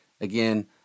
Again